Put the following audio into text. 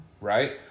Right